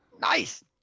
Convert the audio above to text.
Nice